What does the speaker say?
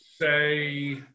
say